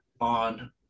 on